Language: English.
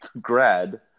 grad